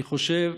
אני חושב,